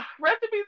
recipes